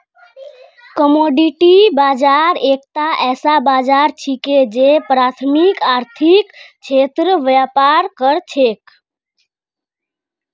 commodity बाजार एकता ऐसा बाजार छिके जे प्राथमिक आर्थिक क्षेत्रत व्यापार कर छेक